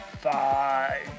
Five